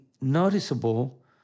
noticeable